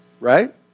right